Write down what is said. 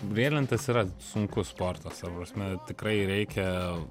riedlentės yra sunkus sportas ta prasme tikrai reikia